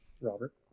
Robert